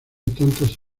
tantas